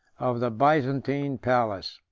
of the byzantine palace.